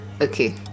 Okay